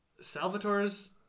Salvatore's